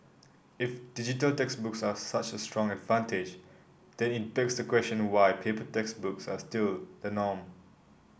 if digital textbooks are such a strong advantage then it begs the question why paper textbooks are still the norm